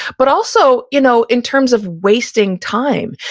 but also you know in terms of wasting time.